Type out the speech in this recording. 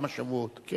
כמה שבועות,